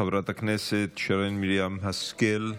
חברת הכנסת שרן מרים השכל.